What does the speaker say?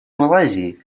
малайзии